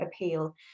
appeal